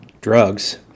drugs